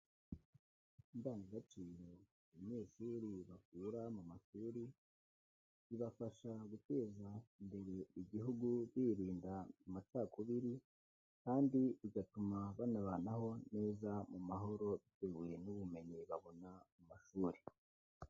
Indangagaciro abanyeshuri bakura mu mashuri, bibafasha guteza imbere igihugu birinda amacakubiri kandi bigatuma banabanaho neza mu mahoro bitewe n'ubumenyi babona mu mashuri.